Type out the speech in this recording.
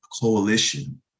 Coalition